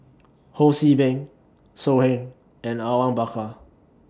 Ho See Beng So Heng and Awang Bakar